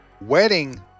wedding